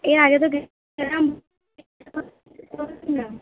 এর আগে তো গেছিলাম